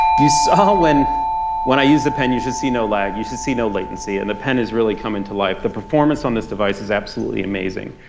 ah when when i use the pen you should see no lag you should see no latency. and the pen is really coming to life. the performance on this device is absolutely amazing.